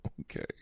Okay